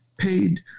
paid